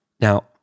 Now